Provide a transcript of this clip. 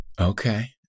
Okay